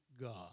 God